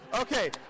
Okay